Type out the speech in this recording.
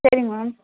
சேரிங்க மேம்